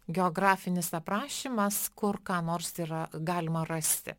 geografinis aprašymas kur ką nors yra galima rasti